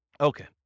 Okay